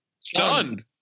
Stunned